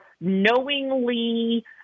knowingly